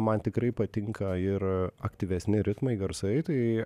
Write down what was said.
man tikrai patinka ir aktyvesni ritmai garsai tai